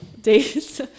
days